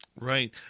right